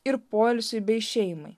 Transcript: ir poilsiui bei šeimai